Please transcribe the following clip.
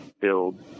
build